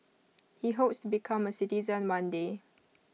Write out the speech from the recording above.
he hopes become A citizen one day